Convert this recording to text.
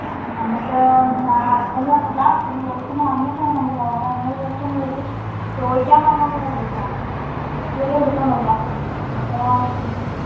ആ അപ്പം നമുക്ക് ഹസ്ബൻഡ് വന്നിട്ടില്ല ഹസ്ബൻഡ് ഗൾഫിൽ നിന്ന് വന്നിട്ട് വേണം നമുക്ക് നോക്കാൻ അപ്പം എന്നോട് ജസ്റ്റ് ഒന്ന് വിളിച്ച് ചോദിക്കാൻ പറഞ്ഞതുകൊണ്ട് ഞാൻ വിളിച്ചതാണ് അപ്പം എനിക്ക് വലിയ പിടിത്തം ഒന്നും ഇല്ല അപ്പോൾ